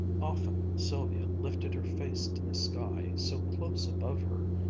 often sylvia lifted her face to the sky, so close above her,